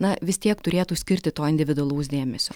na vis tiek turėtų skirti to individualaus dėmesio